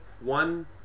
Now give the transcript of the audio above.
one